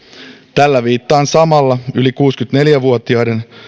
tällä viittaan samalla yli kuusikymmentäneljä vuotiaiden